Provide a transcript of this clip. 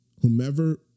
Whomever